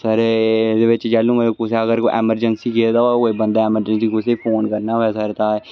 sir एह् एहदे बिच जैलूं कुदै एमरजेंसी गेदा होग कोई बंदा एमरजेंसी कुदै फोन करना होऐ तां